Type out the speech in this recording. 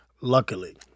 luckily